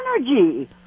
energy